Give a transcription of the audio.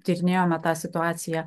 tyrinėjome tą situaciją